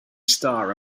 star